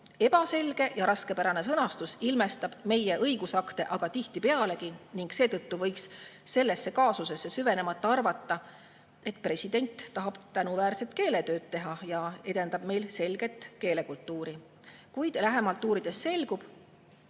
Ebaselge ja raskepärane sõnastus ilmestab meie õigusakte aga tihtipeale ning seetõttu võiks sellesse kaasusesse süvenemata arvata, et president tahab tänuväärset keeletööd teha ja edendab meil selge keele kultuuri. Kuid lähemalt uurides selgub,